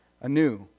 anew